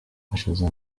amashaza